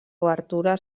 obertura